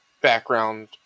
background